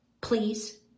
Please